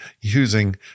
using